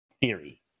theory